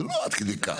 זה לא עד כדי כך.